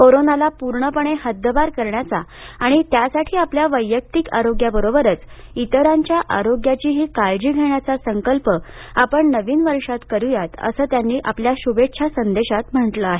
कोरोनाला पूर्णपणे हद्दपार करण्याचा आणि त्यासाठी आपल्या वैयक्तिक आरोग्याबरोबर त्तरांच्या आरोग्याचीही काळजी घेण्याचा संकल्प आपण नविन वर्षात करुया असंही त्यांनी आपल्या शुभेच्छा संदेशात म्हटलं आहे